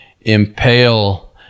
impale